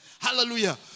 Hallelujah